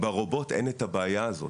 ברובוט אין את הבעיה הזאת.